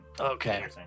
Okay